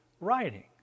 writing